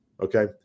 okay